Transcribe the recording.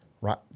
right